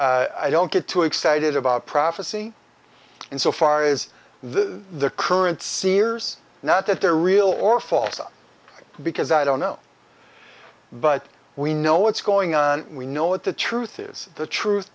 that i don't get too excited about prophecy and so far as the current seers not that they're real or false because i don't know but we know what's going on we know what the truth is the truth